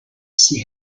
she